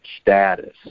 status